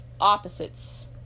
opposites